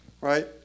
right